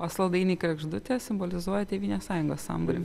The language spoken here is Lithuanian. o saldainiai kregždutė simbolizuoja tėvynės sąjungos sambūrį